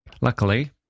Luckily